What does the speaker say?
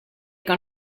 con